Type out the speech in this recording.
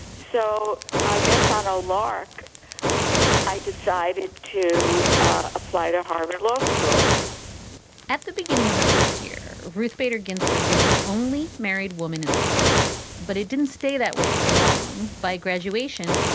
so i guess on a lark i decided to apply to harvard law school at the beginning of the first year, ruth bader ginsburg was the only married woman in the class. but it didn't stay that way for long. by graduation,